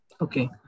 Okay